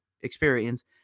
experience